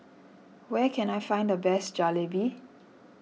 where can I find the best Jalebi